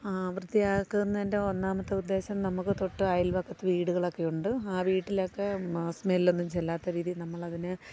വൃത്തിയാക്കുന്നതിൻ്റെ ഒന്നാമത്തെ ഉദ്ദേശം നമ്മള്ക്ക് തൊട്ടയൽവക്കത്ത് വീടുകളൊക്കെയുണ്ട് ആ വീട്ടിലൊക്കെ സ്മെല്ലൊന്നും ചെല്ലാത്തരീതിയിൽ നമ്മളതിനെ